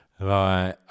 Right